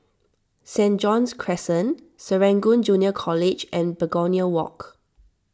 St John's Crescent Serangoon Junior College and Begonia Walk